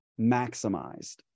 maximized